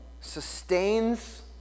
sustains